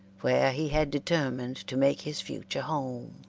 where he had determined to make his future home.